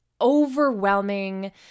overwhelming